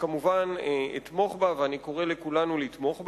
שכמובן אתמוך בה, ואני קורא לכולנו לתמוך בה.